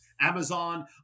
Amazon